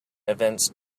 events